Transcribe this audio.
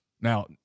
Now